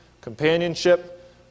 companionship